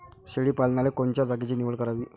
शेळी पालनाले कोनच्या जागेची निवड करावी?